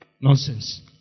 Nonsense